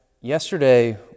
yesterday